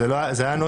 לא, זה היה נוסח אחר.